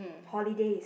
holidays